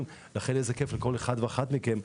לכן, איזה כיף לכל אחד ואחת מכם.